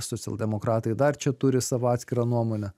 socialdemokratai dar čia turi savo atskirą nuomonę